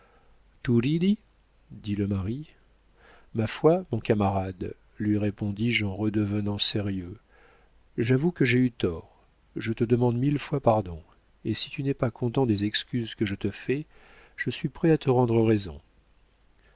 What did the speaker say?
dit le mari ma foi mon camarade lui répondis-je en redevenant sérieux j'avoue que j'ai eu tort je te demande mille fois pardon et si tu n'es pas content des excuses que je te fais je suis prêt à te rendre raison